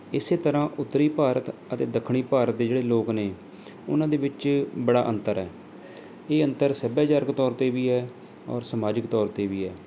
ਇਸੇ ਤਰ੍ਹਾਂ ਉੱਤਰੀ ਭਾਰਤ ਅਤੇ ਦੱਖਣੀ ਭਾਰਤ ਦੇ ਜਿਹੜੇ ਲੋਕ ਨੇ ਉਹਨਾਂ ਦੇ ਵਿੱਚ ਬੜਾ ਅੰਤਰ ਹੈ ਇਹ ਅੰਤਰ ਸੱਭਿਆਚਾਰਕ ਤੌਰ 'ਤੇ ਵੀ ਹੈ ਔਰ ਸਮਾਜਿਕ ਤੌਰ 'ਤੇ ਵੀ ਹੈ